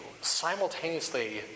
simultaneously